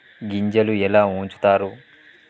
గింజలు ఎలా ఉంచుతారు?